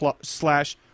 slash